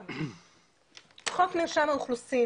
חוק מרשם האוכלוסין